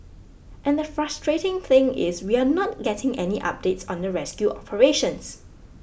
and the frustrating thing is we are not getting any updates on the rescue operations